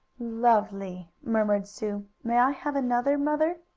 lovely! murmured sue. may i have another, mother?